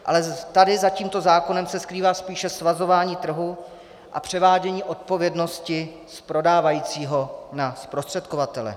Ale tady za tímto zákonem se skrývá spíše svazování trhu a převádění odpovědnosti z prodávajícího na zprostředkovatele.